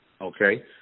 Okay